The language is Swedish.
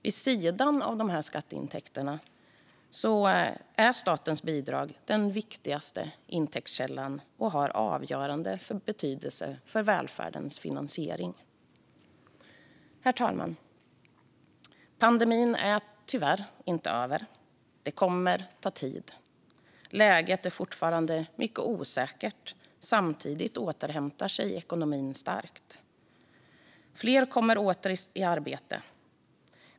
Vid sidan av skatteintäkterna är statens bidrag den viktigaste intäktskällan och har avgörande betydelse för finansieringen av välfärden. Herr talman! Pandemin är tyvärr inte över. Det kommer att ta tid. Läget är fortfarande mycket osäkert. Samtidigt återhämtar sig ekonomin starkt. Fler kommer åter i arbete.